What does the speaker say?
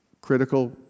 critical